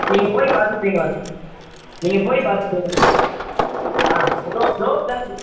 நீங்கள் போய் பார்த்துருக்கீங்களா நீங்கள் போய் பார்த்துருக்கீங்களா ஆ ரோ ரோட்டுலேர்ந்து